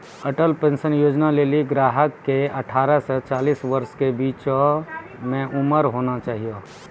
Atal pension Yojana लेली ग्राहक के अठारह से चालीस वर्ष के बीचो उमर होना चाहियो